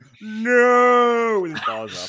no